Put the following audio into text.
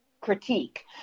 critique